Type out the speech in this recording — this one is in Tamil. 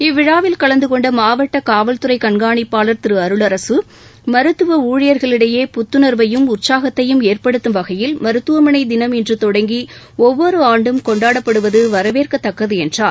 இவ்விழாவில் கலந்து கொண்ட மாவட்ட காவல்துறை கண்காணிப்பாளர் திரு அருளரசு மருத்துவ ஊழியர்களிடையே புத்துணர்வையும் உற்சாகத்தையும் ஏற்படுத்தும் வகையில் மருத்துவமனை தினம் இன்று தொடங்கி ஒவ்வொரு ஆண்டும் கொண்டாடப்படுவது வரவேற்கத்தக்கது என்றார்